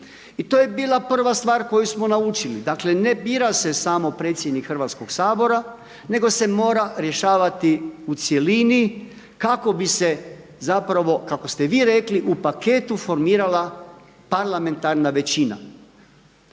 I to je bila prva stvar koju smo naučili, dakle ne bira se samo predsjednik Hrvatskoga sabora nego se mora rješavati u cjelini kako bi se zapravo, kako ste i vi rekli u paketu formira parlamentarna većina.